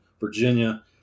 Virginia